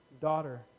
Daughter